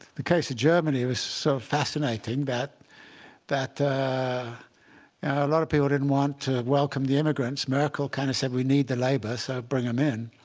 the case of germany was so fascinating that a lot of people didn't want to welcome the immigrants. merkel kind of said, we need the labor, so bring them in.